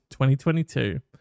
2022